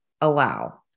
allow